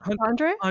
Andre